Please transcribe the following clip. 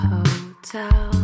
Hotel